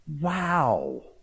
Wow